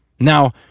Now